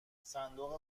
صندوق